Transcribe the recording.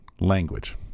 language